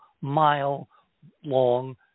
mile-long